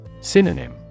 Synonym